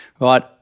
right